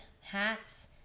hats